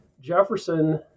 Jefferson